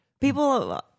People